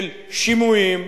של שימועים.